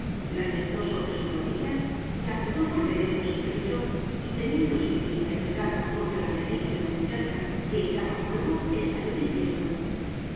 la sentó sobre sus rodillas la apretó fuertemente a su pecho y teniendo su mejilla apretada contra la mejilla de la muchacha que echaba fuego estalló diciendo